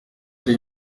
ari